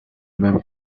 même